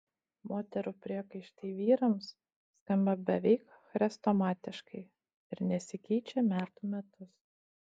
moterų priekaištai vyrams skamba beveik chrestomatiškai ir nesikeičia metų metus